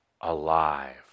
alive